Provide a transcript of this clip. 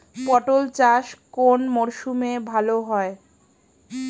পটল চাষ কোন মরশুমে ভাল হয়?